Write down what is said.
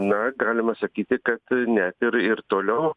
na galima sakyti kad net ir ir toliau